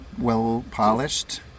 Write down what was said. Well-polished